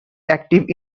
active